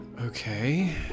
Okay